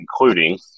including